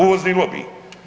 Uvozni lobiji.